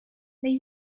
they